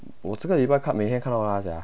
我这个礼拜看每天看到她 sia